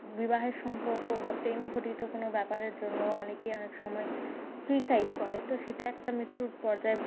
বিবাহের সম্পর্ক বা প্রেমঘটিত কোন ব্যাপারের জন্য অনেকেই অনেক সময় সুইসাইড করে তো সেটা একটা মৃত্যুর পর্যায়